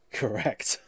correct